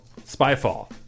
Spyfall